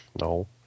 No